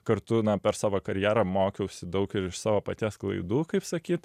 kartu na per savo karjerą mokiausi daug ir iš savo paties klaidų kaip sakyt